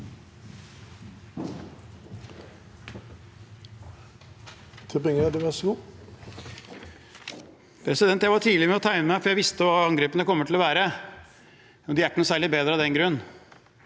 Jeg var tidlig med å tegne meg, for jeg visste hva angrepene kom til å være. De var ikke noe særlig bedre av den grunn.